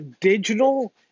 digital